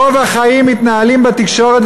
רוב החיים מתנהלים בתקשורת,